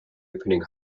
opening